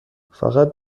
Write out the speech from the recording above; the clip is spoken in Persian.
فقط